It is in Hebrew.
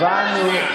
הבנו.